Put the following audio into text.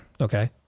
Okay